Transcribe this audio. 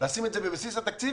לשים את זה בבסיס התקציב,